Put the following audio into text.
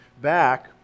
back